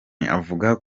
avuga